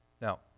Now